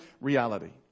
reality